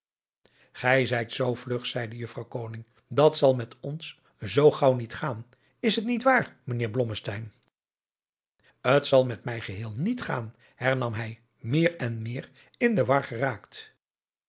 gij zijt zoo vlug zeî juffrouw koning dat zal met ons zoo gaauw niet gaan is het niet waar mijnheer blommesteyn t zal met mij geheel niet gaan hernam hij meer en meer in de war geraakt